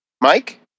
Mike